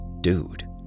Dude